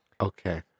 Okay